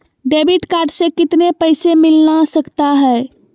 Debit card से कितने पैसे मिलना सकता हैं?